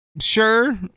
sure